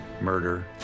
murder